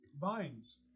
vines